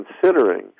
considering